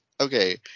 okay